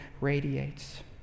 radiates